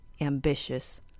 ambitious